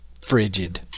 frigid